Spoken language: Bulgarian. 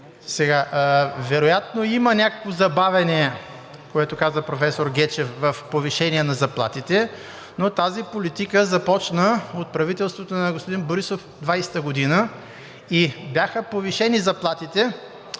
Вероятно има някакво забавяне, както каза професор Гечев, в повишение на заплатите, но тази политика започна от правителството на господин Борисов през 2020 г. и заплатите бяха повишени чувствително,